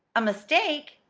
a mistake?